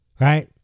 Right